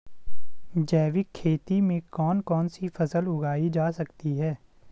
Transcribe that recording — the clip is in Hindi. जैविक खेती में कौन कौन सी फसल उगाई जा सकती है?